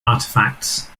artifacts